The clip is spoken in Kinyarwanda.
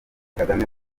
kagame